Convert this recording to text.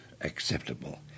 acceptable